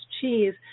cheese